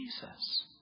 Jesus